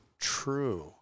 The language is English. true